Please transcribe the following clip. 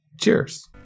cheers